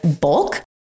bulk